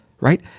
right